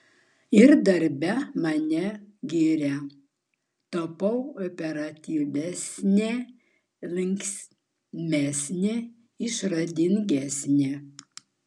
ir darbe mane giria tapau operatyvesnė linksmesnė išradingesnė